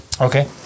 Okay